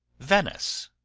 venice.